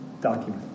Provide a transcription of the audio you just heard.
Document